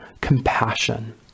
compassion